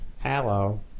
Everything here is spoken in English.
Hello